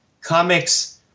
comics